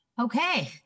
okay